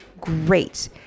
great